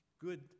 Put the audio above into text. good